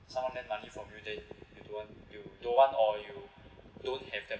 someone lend money from you then you don't want you don't want or you don't have that